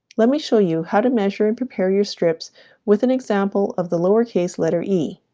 let me show you how to measure and prepare your strips with an example of the lowercase letter e